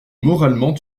moralement